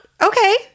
okay